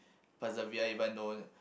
persevere even though